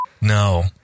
No